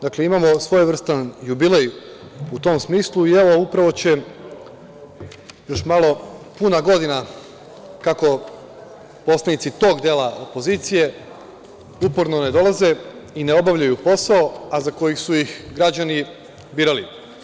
Dakle, imamo svojevrstan jubilej u tom smislu i upravo će još malo puna godina kako poslanici tog dela opozicije uporno ne dolaze i ne obavljaju posao, a za koji su ih građani birali.